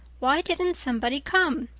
why didn't somebody come?